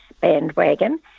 bandwagon